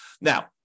Now